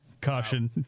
caution